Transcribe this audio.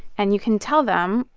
and you can tell them,